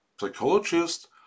Psychologist